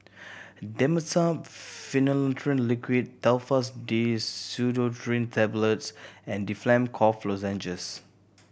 Dimetapp Phenylephrine Liquid Telfast D Pseudoephrine Tablets and Difflam Cough Lozenges